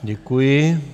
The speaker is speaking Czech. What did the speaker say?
Děkuji.